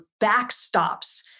backstops